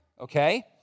okay